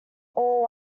all